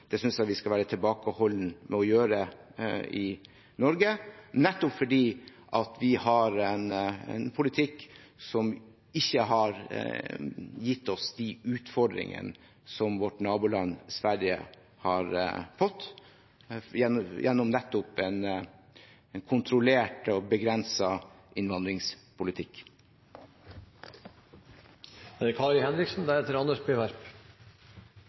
Det synes jeg man skal være tilbakeholden med å gjøre i Norge, fordi vi har en politikk som ikke har gitt oss de utfordringene som vårt naboland Sverige har fått – nettopp gjennom en kontrollert og begrenset innvandringspolitikk. Først takk til interpellanten. Det